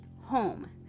home